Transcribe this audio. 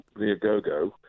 Viagogo